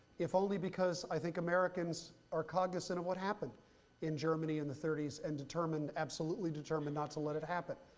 if only because i think americans are cognizant of what happened in germany in the thirty s, and absolutely determined not to let it happen.